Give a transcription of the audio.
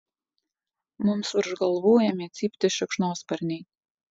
mums virš galvų ėmė cypti šikšnosparniai